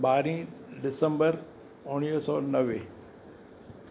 ॿारहीं दिसंबर उणिवीह सौ नवे